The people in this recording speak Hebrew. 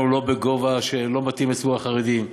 הוא לא בגובה שלא מתאים לציבור החרדי,